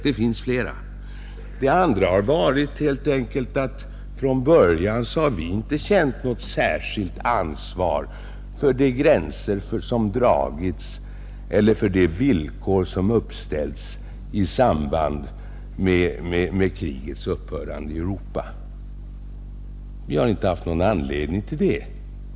Det andra har helt enkelt varit att vi ända från början inte känt något särskilt ansvar för de gränser som dragits eller för de villkor som Nr 79 uppställts i samband med världskrigets upphörande i Europa. Vi har inte Torsdagen den haft någon anledning till det.